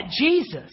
Jesus